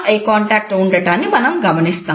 I contact ఉండటాన్ని మనం గమనిస్తాం